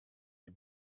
die